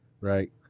right